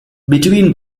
between